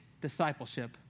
discipleship